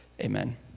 Amen